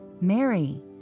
Mary